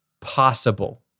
possible